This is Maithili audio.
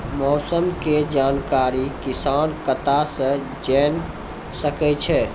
मौसम के जानकारी किसान कता सं जेन सके छै?